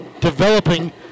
developing